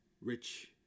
rich